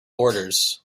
orders